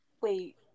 Wait